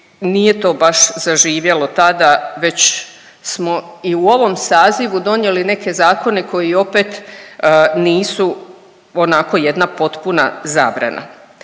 nije to baš zaživjelo tada već smo i u ovom sazivu donijeli neke zakone koji opet nisu onako jedna potpuna zabrana.